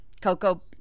Coco